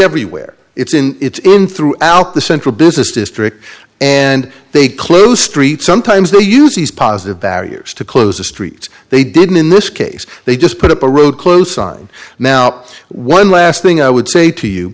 everywhere it's in it's in throughout the central business district and they close streets sometimes they use these positive barriers to close a street they didn't in this case they just put up a road close on now one last thing i would say to you